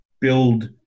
build